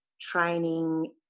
training